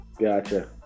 Gotcha